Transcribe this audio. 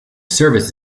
service